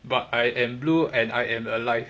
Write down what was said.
but I am blue and I am alive